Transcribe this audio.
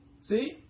See